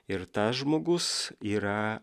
ir tas žmogus yra